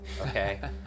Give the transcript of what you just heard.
Okay